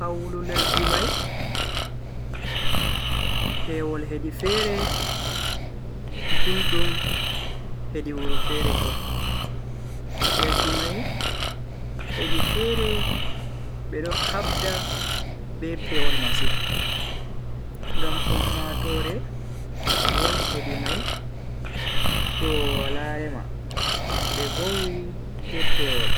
Hawlu lesdi mai pewol hedi fere, guldum hedi wuro fere bo. lesdi mai hedi fere be do habda be pewol masin, ngam ummatoore woni hedi mai do Wala rema be vowi be pewol